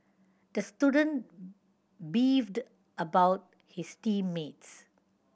the student beefed about his team mates